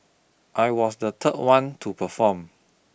I was the third one to perform